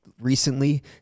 recently